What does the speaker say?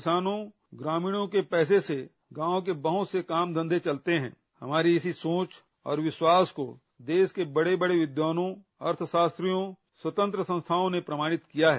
किसानों ग्रामीणों के पैसे से गांव के बहुत से काम धंधे चलते हैं हमारी इस सोच और विश्वास को देश के बड़े बड़े विद्वानों अर्थशास्त्रियों स्वतंत्र संस्थाओं ने प्रमाणित किया है